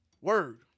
Word